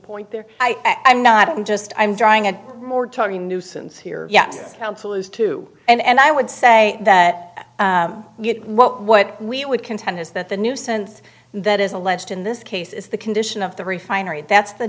point there i'm not i'm just i'm drawing a more talking nuisance here counselors too and i would say that yes what we would contend is that the nuisance that is alleged in this case is the condition of the refinery that's the